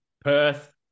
Perth